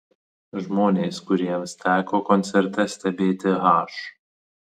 žmonės kuriems teko koncerte stebėti h